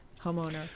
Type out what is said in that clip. homeowner